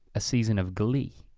a season of glee,